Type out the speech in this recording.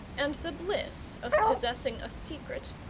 and the bliss of possessing a secret,